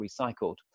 recycled